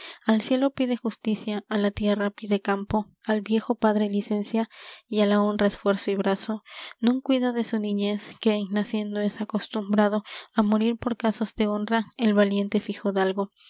al cielo pide justicia á la tierra pide campo al viejo padre licencia y á la honra esfuerzo y brazo non cuida de su niñez que en naciendo es costumbrado á morir por casos de honra el valiente